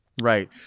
Right